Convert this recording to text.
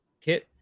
kit